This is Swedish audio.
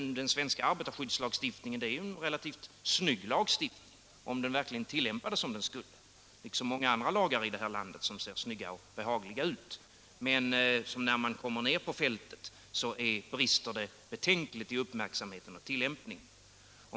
Den svenska arbetarskyddslagstiftningen är ju en relativt snygg lagstiftning, om den verkligen tillämpas som den skall. Men det är med arbetarskyddslagstiftningen som med många andra lagar i vårt land som ser snygga och behagliga ut, att ute på fältet brister det betänkligt i uppmärksamhet och tillämpning.